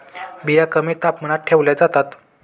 बिया कमी तापमानात ठेवल्या जातात